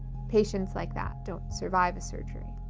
patients like that don't survive a surgery.